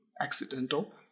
accidental